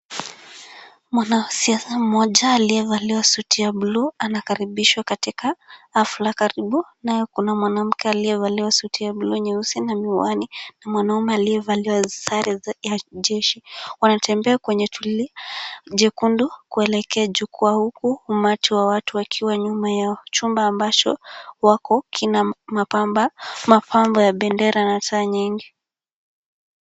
Mwanasiasa mmoja aliyevalia suti ya bluu anakaribishwa katika hafla. Karibu naye kuna mwanamke aliyevalia suti ya bluu nyeusi na miwani na mwanaume aliyevalia sare ya jeshi wanatembea kwenye zulia jekundu kuelekea jukwaa huku umati wa watu wakiwa nyuma yao. Chumba ambacho wako kina mapambo ya bendera na taa nyingi.